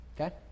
okay